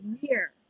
year